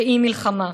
והיא מלחמה,